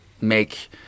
make